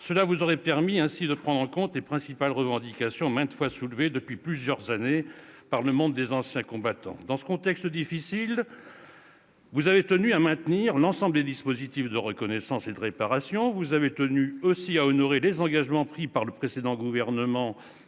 cela vous aurait permis de prendre en compte les principales revendications maintes fois soulevées depuis plusieurs années par le monde des anciens combattants. Dans ce contexte budgétaire difficile, vous avez tenu à maintenir l'ensemble des dispositifs de reconnaissance et de réparation. Vous avez également tenu à honorer les engagements pris par le précédent gouvernement